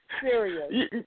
Serious